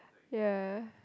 ya